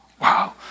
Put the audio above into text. wow